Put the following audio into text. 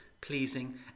pleasing